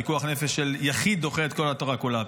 פיקוח נפש של יחיד דוחה את כל התורה כולה.